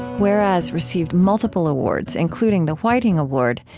whereas received multiple awards, including the whiting award,